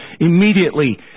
Immediately